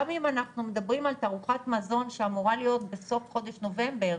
גם אם אנחנו מדברים על תערוכת מזון שאמורה להיות בסוף חודש נובמבר,